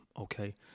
okay